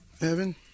Evan